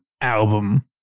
album